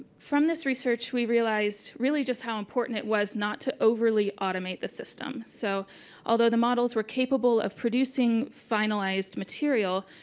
from this research, we realized really just how important it was not to overly automate the system. so although the models were capable of producing finalized material,